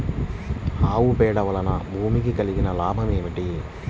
ఆవు పేడ వలన భూమికి కలిగిన లాభం ఏమిటి?